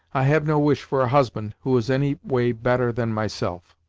i have no wish for a husband who is any way better than myself.